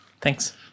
Thanks